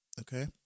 Okay